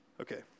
Okay